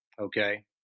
okay